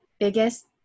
Biggest